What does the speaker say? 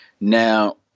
Now